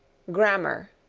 grammar,